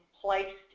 placed